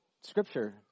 scripture